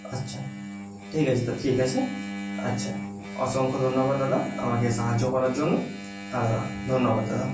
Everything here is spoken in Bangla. আচ্ছা ঠিক আছে তা ঠিক আছে আচ্ছা অসংখ্য ধন্যবাদ দাদা আমাকে সাহায্য করার জন্য হ্যাঁ দাদা ধন্যবাদ দাদা